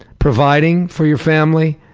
providing for your family,